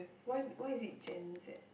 why why is it Gen-Z